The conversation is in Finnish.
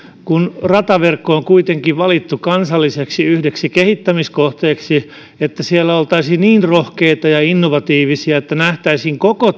kun rataverkko on kuitenkin valittu yhdeksi kansalliseksi kehittämiskohteeksi että siellä oltaisiin niin rohkeita ja innovatiivisia että nähtäisiin koko